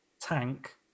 tank